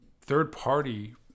third-party